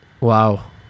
Wow